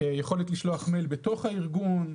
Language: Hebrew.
יכולת לשלוח דוא"ל בתוך הארגון,